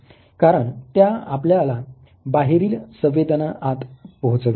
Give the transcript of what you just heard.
कारण त्या आपल्याला बाहेरील संवेदना आत पोहचवितात